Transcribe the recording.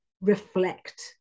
reflect